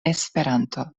esperanto